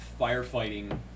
firefighting